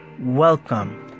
welcome